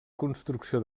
construcció